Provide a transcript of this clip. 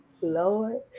Lord